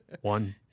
One